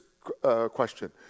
question